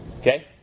Okay